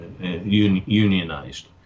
unionized